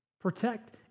Protect